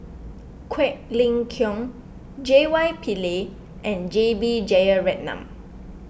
Quek Ling Kiong J Y Pillay and J B Jeyaretnam